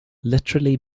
literally